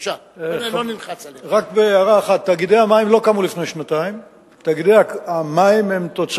רק הערה אחת, תאגידי המים לא קמו לפני שנתיים.